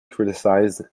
criticized